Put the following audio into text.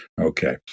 okay